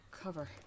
cover